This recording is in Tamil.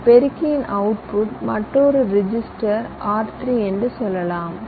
இந்த பெருக்கியின் வெளியீடு மற்றொரு ரெஜிஸ்டர் R3க்கு செல்கிறது